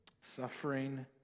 suffering